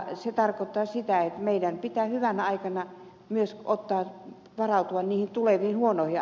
se tarkoittaa sitä että meidän pitää hyvänä aikana varautua myös tuleviin huonoihin aikoihin